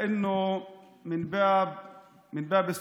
למרות שאני בעד זכויות מיעוטים,